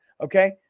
Okay